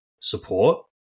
support